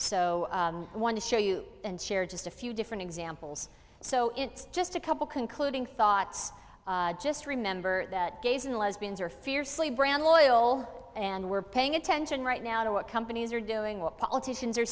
to show you and share just a few different examples so it's just a couple concluding thoughts just remember that gays and lesbians are fiercely brand loyal and we're paying attention right now to what companies are doing what politicians are